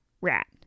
rat